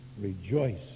rejoice